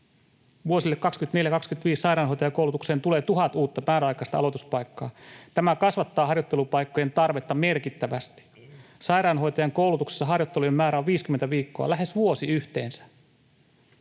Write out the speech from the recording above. Vuosille 24—25 sairaanhoitajakoulutukseen tulee tuhat uutta määräaikaista aloituspaikkaa. Tämä kasvattaa harjoittelupaikkojen tarvetta merkittävästi. Sairaanhoitajan koulutuksessa harjoittelujen määrä on 50 viikkoa, lähes vuosi yhteensä.